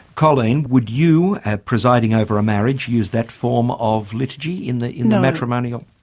colleen would you presiding over a marriage use that form of liturgy in the in the matrimonial?